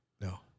No